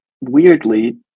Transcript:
weirdly